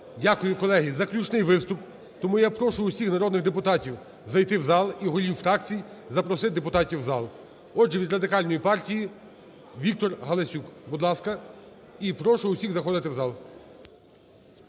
Дякую. Колеги, заключний виступ. Тому я прошу всіх народних депутатів зайти у зал і голів фракцій запросити депутатів у зал. Отже, від Радикальної партії Віктор Галасюк. Будь ласка. І прошу всіх заходити в зал.